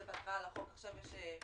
זה בהתחלה להצעת החוק ועכשיו יש פתרון.